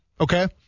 Okay